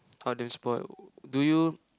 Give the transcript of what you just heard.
how do you spoil do you